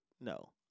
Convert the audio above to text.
No